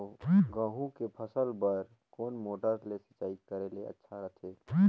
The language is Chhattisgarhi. गहूं के फसल बार कोन मोटर ले सिंचाई करे ले अच्छा रथे?